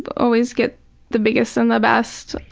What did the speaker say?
but always gets the biggest and the best.